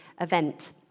event